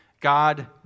God